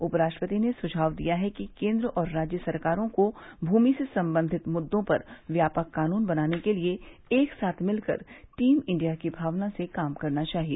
उपराष्ट्रपति ने सुझाव दिया है कि केन्द्र और राज्य सरकारों को भूमि से संबंधित मुद्दों पर व्यापक कानून बनाने के लिए एक साथ मिलकर टीम इंडिया की भावना से काम करना चाहिए